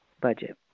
budget